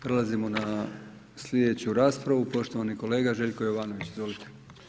Prelazimo na sljedeću raspravu, poštovani kolega Željko Jovanović, izvolite.